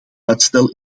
uitstel